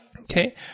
Okay